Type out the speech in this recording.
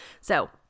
So-